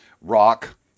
rock